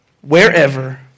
wherever